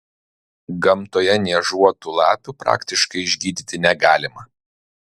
gamtoje niežuotų lapių praktiškai išgydyti negalima